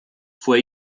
fue